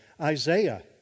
Isaiah